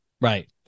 Right